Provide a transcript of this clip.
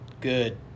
good